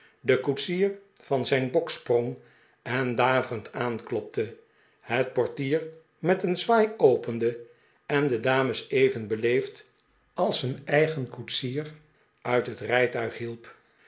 de koetsier van zijn bok sprong en daverend aanklopte het portier met een zwaai opende en de dames even beleefd als een eigen koetsier uit het rijtuig hielp